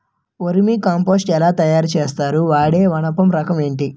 Vermi compost ఎలా తయారు చేస్తారు? వాడే వానపము రకం ఏంటి?